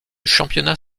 championnat